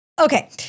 Okay